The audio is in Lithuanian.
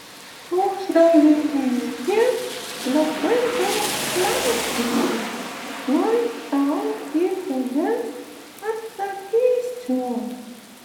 uždavinėji labai daug klausimų tuoj tau į kelis atsakysiu